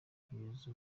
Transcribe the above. kugeza